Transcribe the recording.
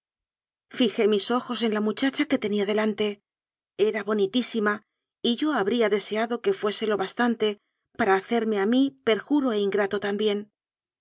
fijé mis ojos en la muchacha que tenía delante era bo nitísima y yo habría deseado que fuese lo bas tante para hacerme a mí perjuro e ingrato tam